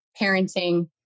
parenting